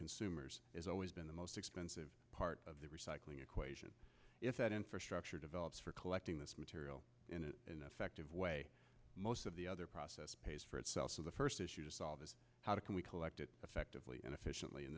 consumers is always been the most expensive part of the recycling equation if that infrastructure develops for collecting this material in an affective way most of the other process pays for itself so the first issue to solve is how can we collect it effectively and efficiently and